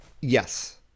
Yes